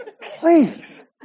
Please